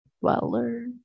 Dweller